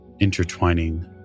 intertwining